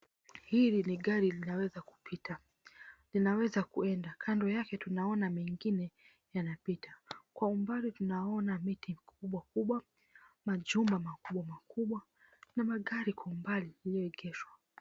Hili ni gari linaweza kupita linaweza kwenda. Kando yake tunaona ni mengine yanapita. Kwa umbali tunaona miti mikubwa kubwa, majumba makubwa makubwa na magari kwa umbali ililiyoegeshwa.